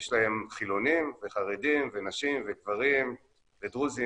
יש להם חילונים וחרדים ונשים וגברים ודרוזים